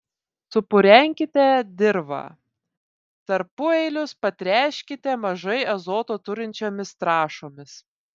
supurenkite dirvą tarpueilius patręškite mažai azoto turinčiomis trąšomis